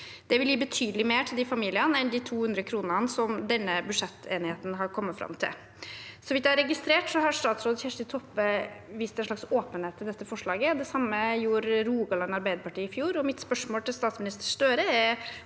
Det vil gi betydelig mer til de familiene enn de 200 kronene som denne budsjettenigheten har kommet fram til. Så vidt jeg har registrert, har statsråd Kjersti Toppe vist en slags åpenhet til dette forslaget. Det samme gjorde Rogaland Arbeiderparti i fjor. Mitt spørsmål til statsminister Støre er